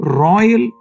royal